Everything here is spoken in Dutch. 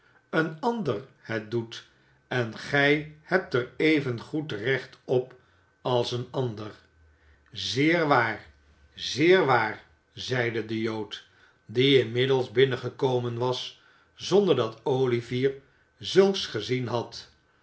een ander het doet en gij hebt er evengoed recht op als een ander zeer waar zeer waar zeide de jood die inmiddels binnengekomen was zonder dat olivier zulks gezien had